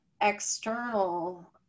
external